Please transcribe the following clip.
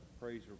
praise